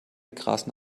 grasen